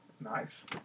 Nice